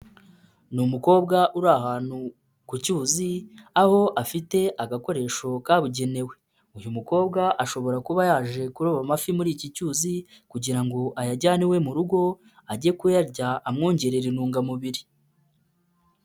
Ni umukobwa uri ahantu ku cyuzi, aho afite agakoresho kabugenewe. Uyu mukobwa ashobora kuba yaje kuroba amafi muri iki cyuzi, kugira ngo ayajyane iwe mu rugo, ajye kuyarya amwongerere intungamubiri.